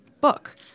book